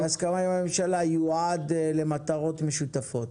-- בהסכמה עם הממשלה יועד למטרות משותפות.